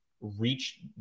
reach